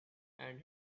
and